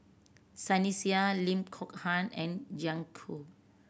Sunny Sia Lim Kok Ann and Jiang Hu